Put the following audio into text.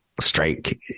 strike